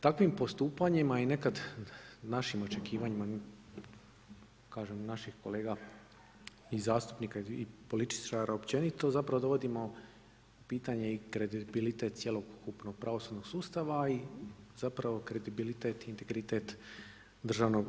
Takvim postupanjima i nekad našim očekivanjima kažem naših kolega i zastupnika i političara općenito dovodimo i pitanje kredibilitet cjelokupnog pravosudnog sustava i zapravo kredibilitet i integritet DORH-a.